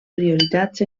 prioritats